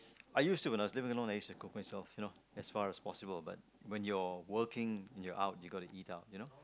I used to when I was living alone cook myself you know as far as possible but when you're working when you're out you gotta eat out you know